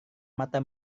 mata